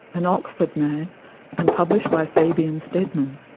an oxford man and published by fabian stedman.